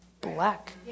black